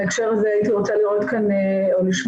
בהקשר הזה הייתי רוצה לראות או לשמוע,